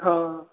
ਹਾਂ